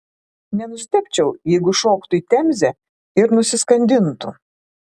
nenustebčiau jeigu šoktų į temzę ir nusiskandintų